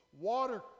water